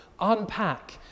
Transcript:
unpack